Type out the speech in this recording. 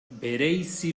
bereizi